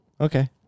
Okay